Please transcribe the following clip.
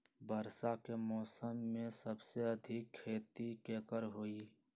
वर्षा के मौसम में सबसे अधिक खेती केकर होई?